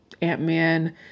Ant-Man